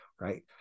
right